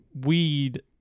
weed